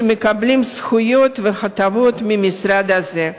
שמקבלים זכויות והטבות מהמשרד הזה.